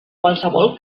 qualsevol